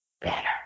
better